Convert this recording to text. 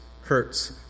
hurts